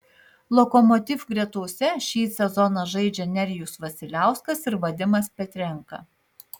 lokomotiv gretose šį sezoną žaidžia nerijus vasiliauskas ir vadimas petrenka